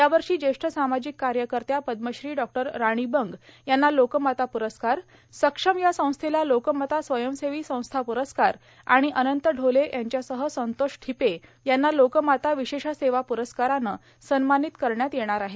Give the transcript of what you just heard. यावर्षी ज्येष्ठ सामाजिक कार्यकऱ्या पद्मश्री डॉ राणी बंग यांना लोकमाता प्रस्कार सक्षम या संस्थेला लोकमाता स्वंयसेवी संस्था प्रस्कार आणि अनंत ढोले यांच्यासह संतोष ठिपे यांना लोकमाता विशेष सेवा प्रस्कारानं सन्मानित करण्यात येणार आहे